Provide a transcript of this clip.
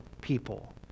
people